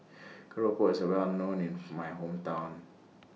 Keropok IS Well known in My Hometown